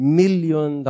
million